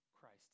Christ